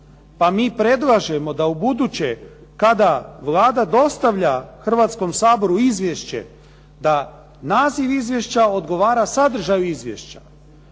Pa mi predlažemo da ubuduće kad Vlada dostavlja Hrvatskom saboru izvješće da naziv izvješća odgovara sadržaju izvješća.